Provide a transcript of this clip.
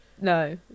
No